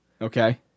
Okay